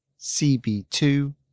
CB2